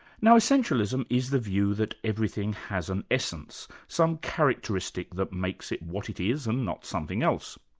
now, essentialism is the view that everything has an essence, some characteristic that makes it what it is and not something else.